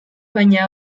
baina